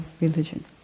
religion